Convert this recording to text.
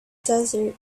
desert